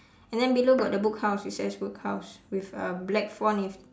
and then below got the book house book house with a black font with